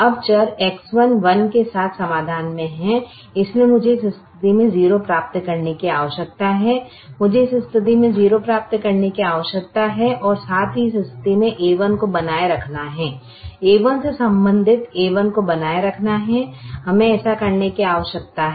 अब चर X1 1 के साथ समाधान मे है इसलिए मुझे इस स्थिति में 0 प्राप्त करने की आवश्यकता है मुझे इस स्थिति में 0 प्राप्त करने की आवश्यकता है और साथ ही इस स्थिति में a1 को बनाए रखना है a1 से संबंधित a1 को बनाए रखना है हमें ऐसा करने की आवश्यकता है